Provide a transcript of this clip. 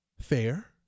Fair